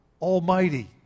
Almighty